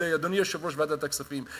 ולאדוני יושב-ראש ועדת הכספים,